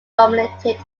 dominated